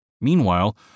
Meanwhile